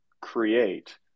create